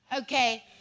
okay